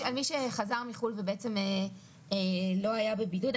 שחזר מחוץ לארץ ובעצם לא היה בבידוד.